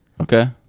Okay